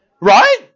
right